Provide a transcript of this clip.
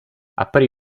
aprì